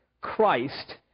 Christ